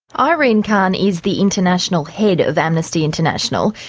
ah irene khan is the international head of amnesty international.